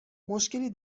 مشکلی